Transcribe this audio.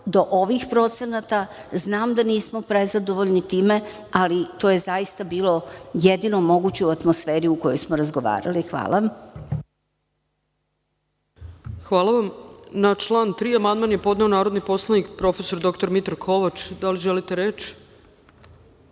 do ovih procenata. Znam da nismo prezadovoljni time, ali to je zaista bilo jedino moguće u atmosferi u kojoj smo razgovarali. Hvala. **Ana Brnabić** Hvala vam. Na član 3. amandman je podneo narodni poslanik prof. dr Mitar Kovač. Da li želite